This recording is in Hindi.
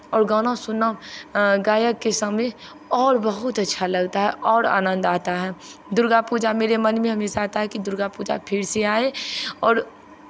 और गाना सुनना गायक के सामने और बहुत अच्छा लगता है और आनन्द आता है दुर्गा पूजा मेरे मन में हमेशा आता है कि दुर्गा पूजा फिर से आए और